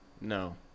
No